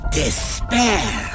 despair